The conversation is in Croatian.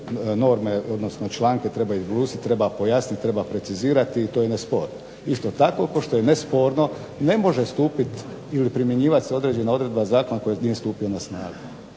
norme odnosno članke treba izbrusiti, treba pojasniti, treba precizirati i to je nesporno. Isto tako kao što je nesporeno ne može se primjenjivati određena odredba zakona koji nije stupio na snagu.